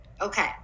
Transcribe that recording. Okay